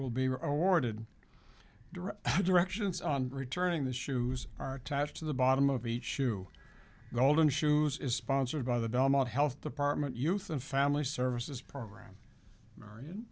were awarded the directions on returning the shoes are attached to the bottom of each shoe golden shoes is sponsored by the belmont health department youth and family services program mari